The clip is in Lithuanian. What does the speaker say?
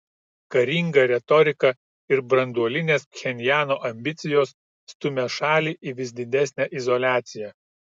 karinga retorika ir branduolinės pchenjano ambicijos stumia šalį į vis didesnę izoliaciją